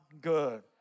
good